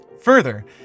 Further